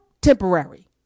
temporary